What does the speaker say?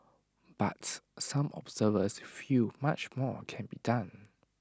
but some observers feel much more can be done